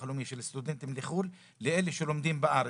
הלאומי של סטודנטים מחו"ל לאלה שלומדים בארץ.